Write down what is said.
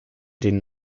den